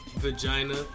vagina